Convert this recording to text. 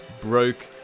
Broke